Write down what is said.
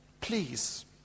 please